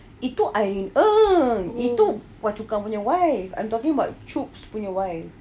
itu irene ang itu phua chu kang punya wife I'm talking about choobs punya wife